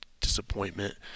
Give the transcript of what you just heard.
disappointment